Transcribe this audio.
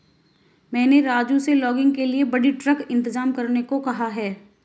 मैंने राजू से लॉगिंग के लिए बड़ी ट्रक इंतजाम करने को कहा है